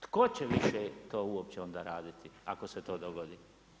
Tko će više to uopće onda raditi ako se to dogodi?